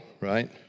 right